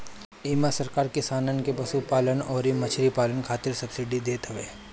इमे सरकार किसानन के पशुपालन अउरी मछरी पालन खातिर सब्सिडी देत हवे